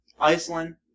Iceland